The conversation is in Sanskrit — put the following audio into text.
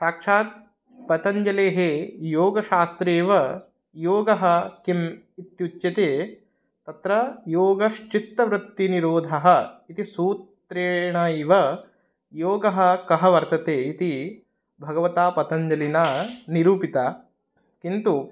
साक्षात् पतञ्जलेः योगशास्त्रे एव योगः किम् इत्युच्यते तत्र योगश्चित्तवृत्तिनिरोधः इति सूत्रेणैव योगः कः वर्तते इति भगवता पतञ्जलिना निरूपितः किन्तु